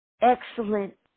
excellent